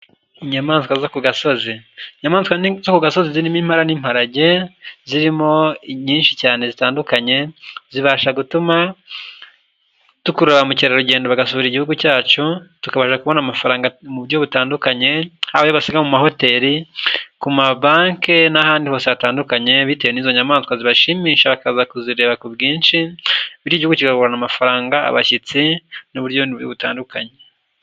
Inyamaswa zo ku gasozi, inyamaswa nini zo ku gasozi zirimo impara n'imparage zirimo nyinshi cyane zitandukanye zibasha gutuma dukurura ba mukerarugendo bagasura igihugu cyacu tukabasha kubona amafaranga mu buryo butandukanye haba ayo basiga mu ma hoteli ku ma banki n'ahandi hose hatandukanye bitewe n'izo nyamaswa zibashimisha bakaza kuzireba ku bwinshi bityo igihugu kikabona amafaranga, abashyitsi n'uburyo buryo butandukanye.